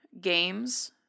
games